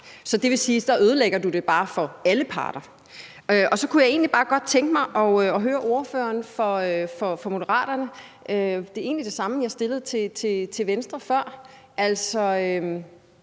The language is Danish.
Det vil sige, at så ødelægger du det bare for alle parter. Så kunne jeg egentlig bare godt tænke mig at høre ordføreren for Moderaterne om det samme spørgsmål, jeg stillede til Venstre før, altså: